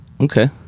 Okay